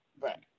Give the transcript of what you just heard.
Right